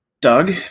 Doug